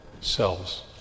selves